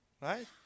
right